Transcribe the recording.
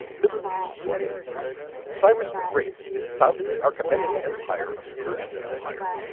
middle east cyrus the great founded the archaemenid empire of the persian empire,